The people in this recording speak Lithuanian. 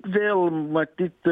vėl matyt